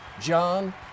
John